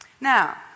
Now